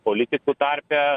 politikų tarpe